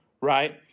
Right